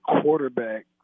quarterback